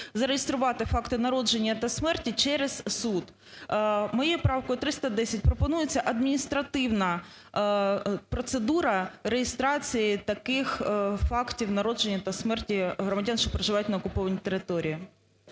зареєструвати факти народження та смерті через суд. Моєю правкою, 310, пропонується адміністративна процедура реєстрації таких фактів народження та смерті громадян, що проживають на окупованій території.